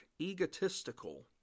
egotistical